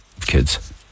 kids